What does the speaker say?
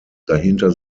dahinter